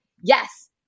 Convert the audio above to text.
yes